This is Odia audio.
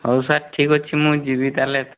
ହେଉ ସାର୍ ଠିକ୍ ଅଛି ମୁଁ ଯିବି ତାହେଲେ